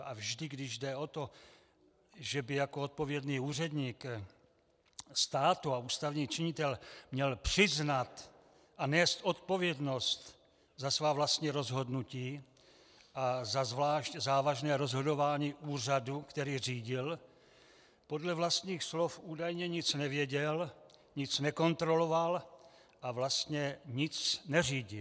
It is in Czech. A vždy, když jde o to, že by jako odpovědný úředník státu a ústavní činitel měl přiznat a nést odpovědnost za svá vlastní rozhodnutí a za zvlášť závažné rozhodování úřadu, který řídil, podle vlastních slov údajně nic nevěděl, nic nekontroloval a vlastně nic neřídil.